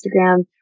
Instagram